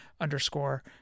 underscore